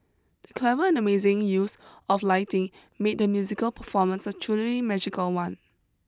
the clever and amazing use of lighting made the musical performance a truly magical one